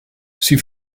sie